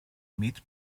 meat